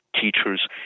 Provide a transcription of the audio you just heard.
teachers